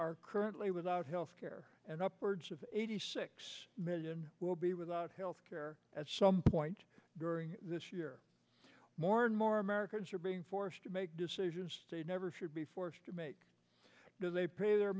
are currently without health care and upwards of eighty six million will be without health care at some point during this year more and more americans are being forced to make decisions state never should be forced to make they pay their